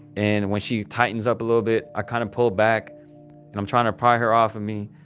and, when she tightens up a little bit, i kind of pull back and i'm trying to pry her off of me.